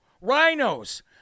Rhinos